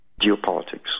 Geopolitics